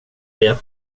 det